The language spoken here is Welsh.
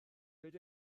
beth